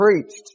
preached